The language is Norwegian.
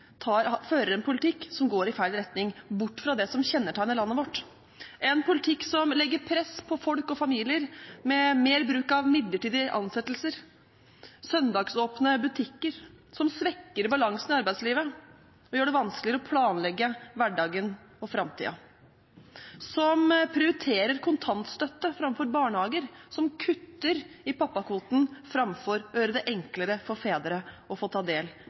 går i feil retning – bort fra det som kjennetegner landet vårt. De fører en politikk som legger press på folk og familier, med mer bruk av midlertidige ansettelser, med søndagsåpne butikker, som svekker balansen i arbeidslivet, og gjør det vanskeligere å planlegge hverdagen og framtiden. De prioriterer kontantstøtte framfor barnehager og kutter i pappakvoten framfor å gjøre det enklere for fedre å få ta del